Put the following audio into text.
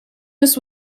this